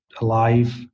alive